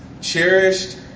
cherished